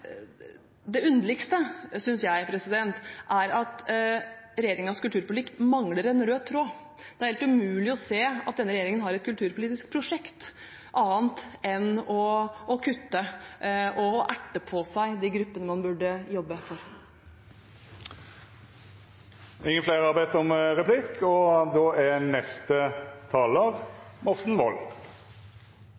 det underligste, synes jeg, er at regjeringens kulturpolitikk mangler en rød tråd. Det er helt umulig å se at denne regjeringen har et kulturpolitisk prosjekt annet enn å kutte og erte på seg de gruppene man burde jobbe for. Replikkordskiftet er dermed omme. Kultur er et omfattende uttrykk og